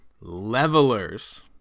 levelers